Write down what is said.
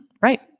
Right